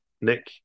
Nick